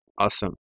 Awesome